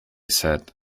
said